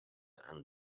and